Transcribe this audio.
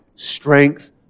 strength